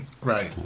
right